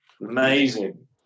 Amazing